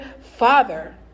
father